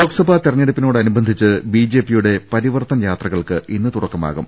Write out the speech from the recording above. ലോക്സഭാ തെരഞ്ഞെടുപ്പിനോട് അനുബന്ധിച്ച് ബിജെപിയുടെ പരിവർത്തൻ യാത്രകൾക്ക് ഇന്ന് തുടക്കമാകും